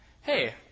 hey